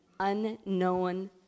unknown